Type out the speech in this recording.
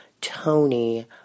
Tony